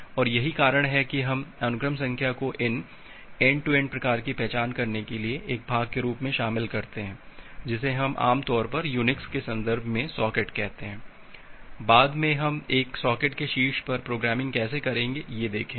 और यही कारण है कि हम अनुक्रम संख्या को इन एन्ड टू एन्ड प्रकार की पहचान करने के एक भाग के रूप में शामिल करते हैं जिसे हम आम तौर पर यूनिक्स के संदर्भ में सॉकेट कहते हैं बाद में हम एक सॉकेट के शीर्ष पर प्रोग्रामिंग कैसे करेंगे यह देखेंगे